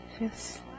Yes